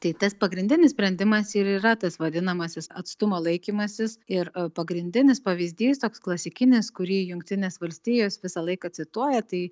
tai tas pagrindinis sprendimas ir yra tas vadinamasis atstumo laikymasis ir pagrindinis pavyzdys toks klasikinis kurį jungtinės valstijos visą laiką cituoja tai